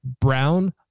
Brown